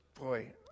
Boy